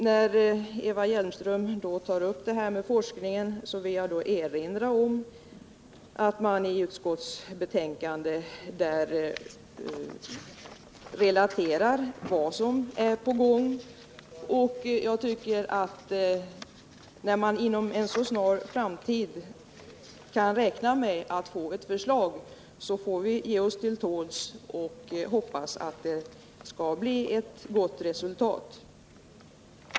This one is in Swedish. När Eva Hjelmström tar upp detta med forskningen vill jag erinra om att man i utskottsbetänkandet relaterar vad som är på gång. När man inom en så snar framtid kan räkna med att det kommer ett förslag anser jag att vi får ge oss till tåls och hoppas att det skall bli ett gott resultat.